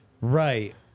Right